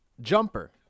Jumper